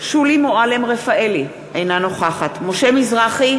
שולי מועלם-רפאלי, אינה נוכחת משה מזרחי,